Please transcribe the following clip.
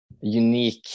unique